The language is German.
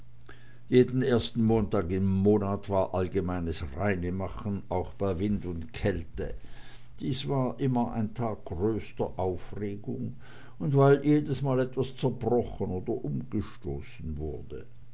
jeden ersten montag im monat war allgemeines reinmachen auch bei wind und kälte dies war immer ein tag größter aufregung weil jedesmal etwas zerbrochen oder umgestoßen wurde